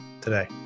today